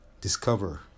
discover